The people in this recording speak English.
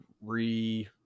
re